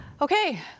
Okay